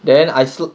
then I